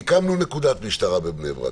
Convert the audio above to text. והקמנו נקודת משטרה בבני ברק,